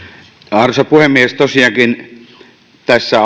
arvoisa puhemies tosiaankin tässä